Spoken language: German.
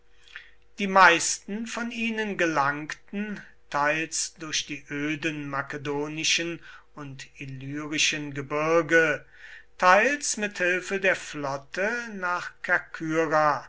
die meisten von ihnen gelangten teils durch die öden makedonischen und illyrischen gebirge teils mit hilfe der flotte nach